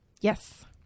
Yes